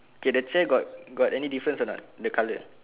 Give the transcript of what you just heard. did the chair got got any difference or not the colour